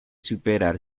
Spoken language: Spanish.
superar